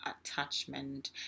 attachment